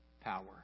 power